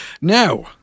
Now